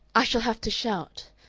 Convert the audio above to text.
i shall have to shout.